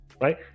right